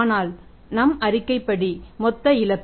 ஆனால் நம் அறிக்கைப்படி மொத்த இழப்பு